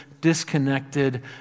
disconnected